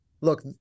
Look